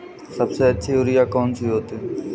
सबसे अच्छी यूरिया कौन सी होती है?